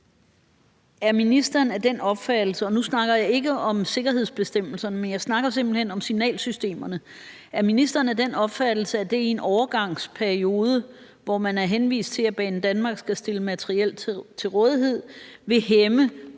simpelt hen om signalsystemerne – at det i en overgangsperiode, hvor man er henvist til at Banedanmark skal stille materiel til rådighed, vil hæmme